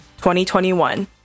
2021